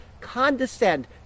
condescend